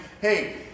Hey